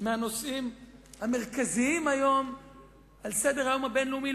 מהנושאים המרכזיים היום על סדר-היום הבין-לאומי,